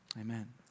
Amen